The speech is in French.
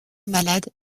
malade